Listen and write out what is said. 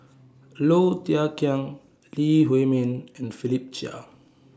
Low Thia Khiang Lee Huei Min and Philip Chia